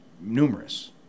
numerous